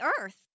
earth